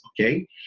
okay